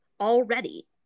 already